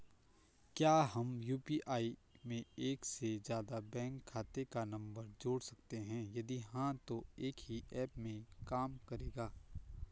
क्या हम यु.पी.आई में एक से ज़्यादा बैंक खाते का नम्बर जोड़ सकते हैं यदि हाँ तो एक ही ऐप में काम करेगा?